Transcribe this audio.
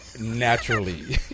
Naturally